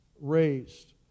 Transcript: raised